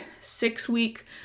six-week